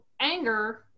anger